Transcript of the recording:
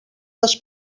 les